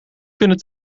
kunnen